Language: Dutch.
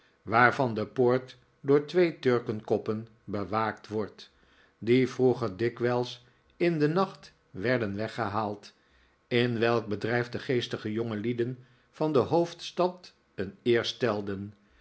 waarvan de poort door twee turkenkoppen bewaakt wordt die vroeger dikwijls in den nacht werden weggehaald in welk bedrijf de geestige jongelieden van de hoofdstad een eer stelden